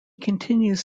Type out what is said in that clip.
continues